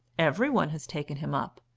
every one has taken him up,